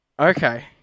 Okay